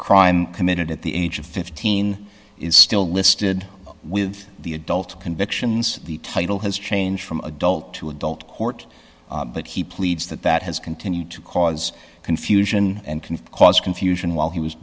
crime committed at the age of fifteen is still listed with the adult convictions the title has changed from adult to adult court but he pleads that that has continued to cause confusion and can cause confusion while he was